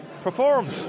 performed